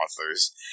authors